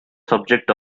subject